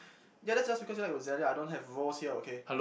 yeah that's just because you like Roselia I don't have rose here okay